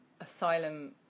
asylum